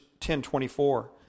10.24